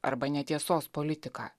arba netiesos politiką